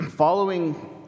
following